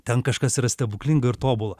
ten kažkas yra stebuklinga ir tobula